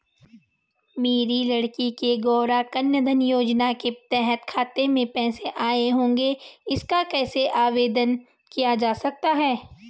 मेरी लड़की के गौंरा कन्याधन योजना के तहत खाते में पैसे आए होंगे इसका कैसे आवेदन किया जा सकता है?